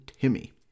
Timmy